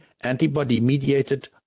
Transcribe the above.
antibody-mediated